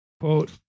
Quote